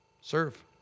Serve